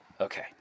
Okay